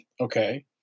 Okay